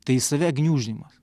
tai save gniuždymas